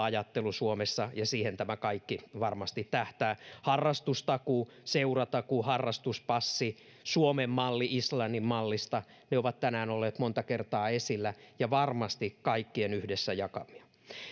ajattelu suomessa ja siihen tämä kaikki varmasti tähtää harrastustakuu seuratuki harrastuspassi suomen malli islannin mallista ne ovat tänään olleet monta kertaa esillä ja varmasti kaikkien yhdessä jakamia